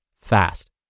fast